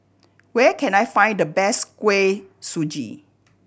where can I find the best Kuih Suji